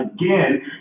again